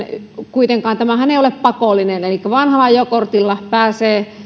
kuitenkaan tämähän ei ole pakollinen elikkä vanhalla ajokortilla pääsee